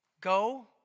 go